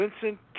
Vincent